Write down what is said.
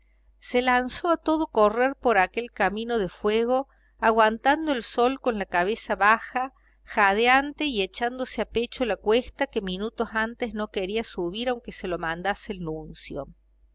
se lanzó a todo correr por aquel camino de fuego aguantando el sol con la cabeza baja jadeante y echándose a pecho la cuesta que minutos antes no quería subir aunque se lo mandase el nuncio